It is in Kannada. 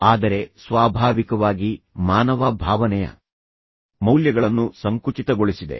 ಆದರೆ ಸ್ವಾಭಾವಿಕವಾಗಿ ಮಾನವ ಭಾವನೆಯ ಮೌಲ್ಯಗಳನ್ನು ಸಂಕುಚಿತಗೊಳಿಸಿದೆ